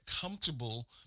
comfortable